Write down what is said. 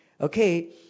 Okay